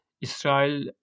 Israel